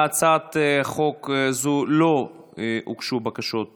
להצעת חוק זו לא הוגשו בקשות דיבור,